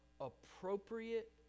appropriate